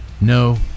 No